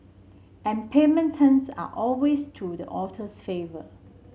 and payment terms are always to the author's favour